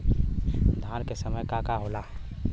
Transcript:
धान के समय का का होला?